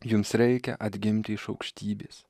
jums reikia atgimti iš aukštybės